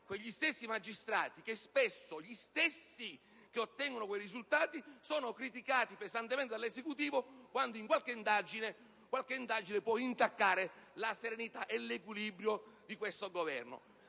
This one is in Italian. quegli stessi magistrati che spesso sono coloro che ottengono questi risultati e poi vengono criticati pesantemente dall'Esecutivo quando qualche indagine intacca la serenità e l'equilibrio di questo Governo.